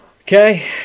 Okay